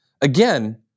again